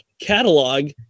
catalog